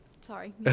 Sorry